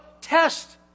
Test